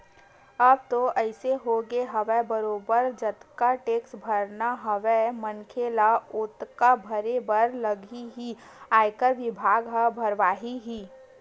अब तो अइसे होगे हवय बरोबर जतका टेक्स भरना हवय मनखे ल ओतका भरे बर लगही ही आयकर बिभाग ह भरवाही ही